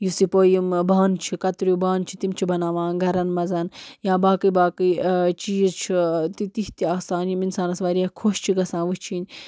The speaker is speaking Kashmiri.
یُس یہِ پو یِم بانہٕ چھِ کَتریوٗ بانہٕ چھِ تِم چھِ بناوان گَرَن منٛز یا باقٕے باقٕے چیٖز چھُ تہِ تِتھ تہِ آسان یِم اِنسانَس واریاہ خۄش چھِ گژھان وٕچھِنۍ